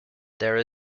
there